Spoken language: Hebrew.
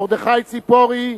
מרדכי ציפורי,